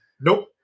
Nope